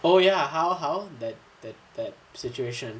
oh ya how how that that that situation